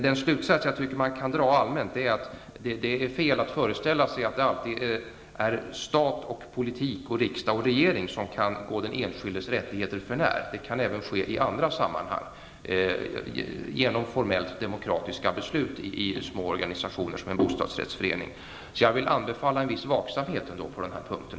Den allmänna slutsatsen som kan dras är att det är fel att föreställa sig att det alltid är stat, politiker, riksdag och regering som kan gå den enskildes rättigheter för när, för det kan även förekomma i andra sammanhang genom formellt demokratiska beslut fattade i sådana små organisationer som en bostadsrättsförening. Jag vill anbefalla en viss vaksamhet framöver på den här punkten.